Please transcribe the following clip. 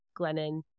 Glennon